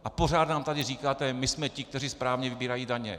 A pořád nám tady říkáte: my jsme ti, kteří správně vybírají daně.